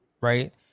right